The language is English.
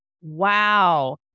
Wow